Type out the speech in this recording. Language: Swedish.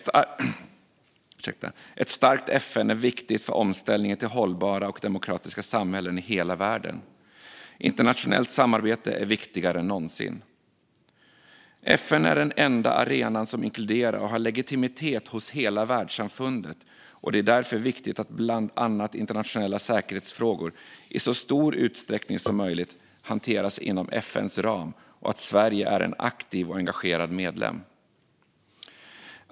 Ett starkt FN är viktigt för omställning till hållbara och demokratiska samhällen i hela världen. Internationellt samarbete är viktigare än någonsin. FN är den enda arenan som inkluderar och har legitimitet hos hela världssamfundet, och det är därför viktigt att bland annat internationella säkerhetsfrågor i så stor utsträckning som möjligt hanteras inom FN:s ram och att Sverige är en aktiv och engagerad medlem.